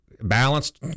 balanced